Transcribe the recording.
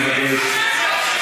בושה.